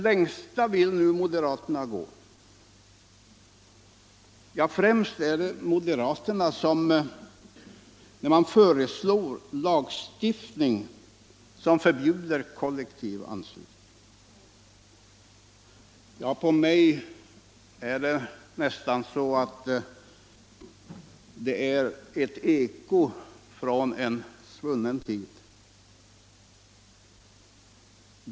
Längst vill nu moderaterna gå. Det är främst moderaterna som föreslår 83 lagstiftning för att förbjuda kollektivanslutning. Ja, för mig känns det nästan som ett eko från en svunnen tid.